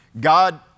God